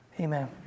amen